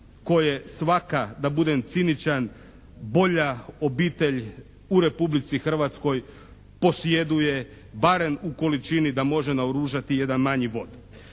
koje svaka da budem ciničan bolja obitelj u Republici Hrvatskoj posjeduje barem u količini da može naoružati jedan manji vod.